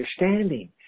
understanding